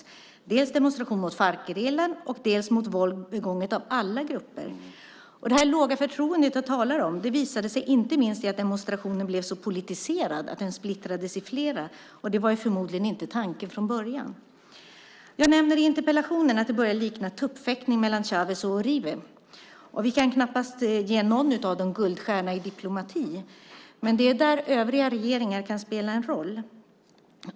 Det var dels demonstration mot Farcgerillan, dels demonstration mot våld begånget av alla grupper. Det låga förtroende som jag talar om visade sig inte minst i att demonstrationen blev så politiserad att den splittrades i flera. Det var förmodligen inte tanken från början. Jag nämner i interpellationen att det börjar likna tuppfäktning mellan Chávez och Uribe. Vi kan knappast ge någon av dem guldstjärna i diplomati. Men det är där övriga regeringar kan spela en roll.